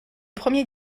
premier